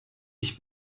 ich